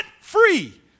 free